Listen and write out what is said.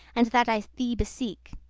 and that i thee beseek.